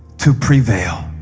to prevail.